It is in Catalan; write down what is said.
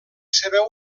seva